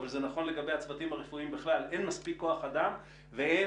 אבל זה נכון לגבי הצוותים הרפואיים בכלל: אין מספיק כוח אדם ואין,